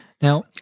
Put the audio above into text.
Now